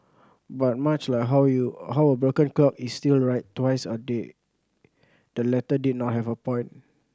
but much like how you how a broken clock is still right twice a day the letter did not have a point